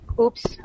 Oops